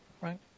Right